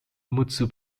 mutsu